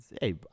hey